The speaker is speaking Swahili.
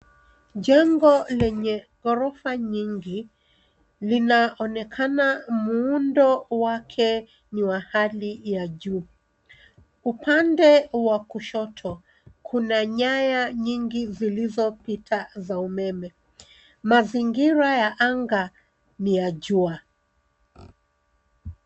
Jengo lenye ghorofa nyingi linaonekana muundo wake ni wa hali ya juu. Upande wa kushoto kuna nyaya nyingi zilizo pita za umeme. Mazingira ya anga ni ya jua.